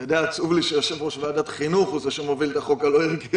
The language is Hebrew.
עצוב לי שיושב-ראש ועדת החינוך הוא זה שמוביל את החוק הלא ערכי